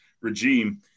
regime